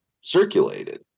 circulated